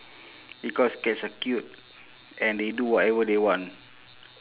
because cats are cute and they do whatever they want